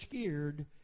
scared